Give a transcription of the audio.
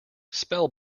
spell